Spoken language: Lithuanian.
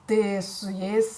tai su jais